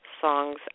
songs